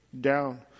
down